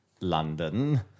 London